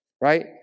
right